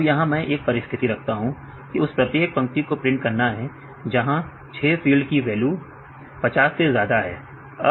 अब यहां मैं एक परिस्थिति रखता हूं की उस प्रत्येक पंक्ति को प्रिंट करना है जहां 6 फील्ड की वैल्यू 50 से ज्यादा है